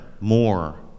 more